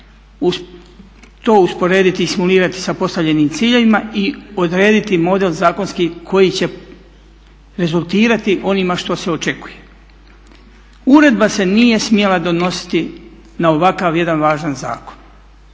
to usporediti i simulirati sa postavljenim ciljevima i odrediti model zakonski koji će rezultirati onime što se očekuje. Uredba se nije smjela donositi na ovakav jedan važan zakon.